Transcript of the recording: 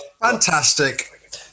fantastic